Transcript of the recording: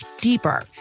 deeper